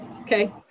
Okay